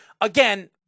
again